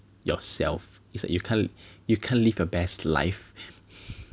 yourself it's like you can't you can't live your best life